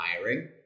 hiring